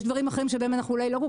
יש דברים אחרים שבהם אנחנו אולי לא כל